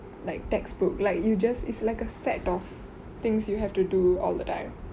like textbook like you just it's like a set of things you have to do all the time